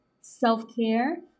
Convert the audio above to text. self-care